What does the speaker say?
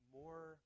more